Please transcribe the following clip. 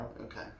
Okay